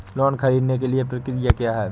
Loan ख़रीदने के लिए प्रक्रिया क्या है?